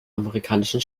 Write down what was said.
amerikanischen